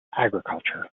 agriculture